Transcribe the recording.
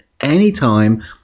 anytime